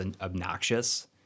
obnoxious